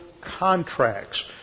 contracts